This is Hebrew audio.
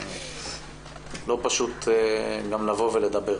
לא פשוט גם לבוא ולדבר.